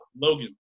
Logan